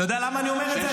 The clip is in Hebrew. אתה יודע למה אני אומר את זה?